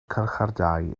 carchardai